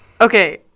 Okay